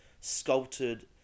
sculpted